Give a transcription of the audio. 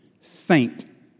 saint